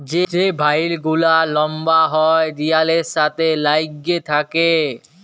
যে ভাইল গুলা লম্বা হ্যয় দিয়ালের সাথে ল্যাইগে থ্যাকে